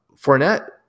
fournette